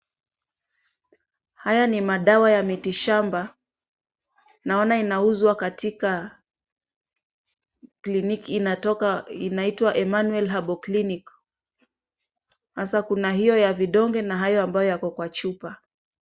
Haya ni madawa ya mitishamba, naona inauzwa katika kliniki inaitwa Emmanuel Herbal Clinic. Hasa kuna hiyo ya vidonge na hayo ambayo yako kwa chupa.